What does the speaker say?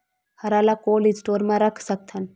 हरा ल cold store म रख सकथन?